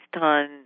on